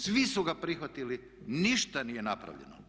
Svi su ga prihvatili, ništa nije napravljeno.